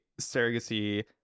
surrogacy